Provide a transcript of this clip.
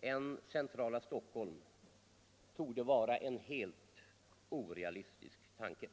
än i centrala Stockholm torde vara en helt orealistisk tanke.